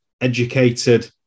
educated